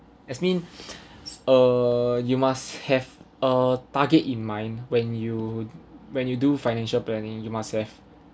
as mean uh you must have a target in mind when you when you do financial planning you must have